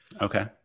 Okay